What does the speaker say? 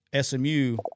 SMU